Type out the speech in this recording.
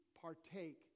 partake